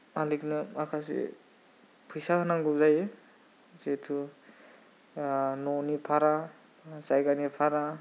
मालिकनो माखासे फैसा होनांगौ जायो जितु आ न'नि भारा जायगानि भारा